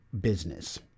business